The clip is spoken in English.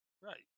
Right